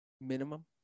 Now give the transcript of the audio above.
minimum